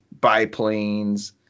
biplanes